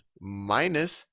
minus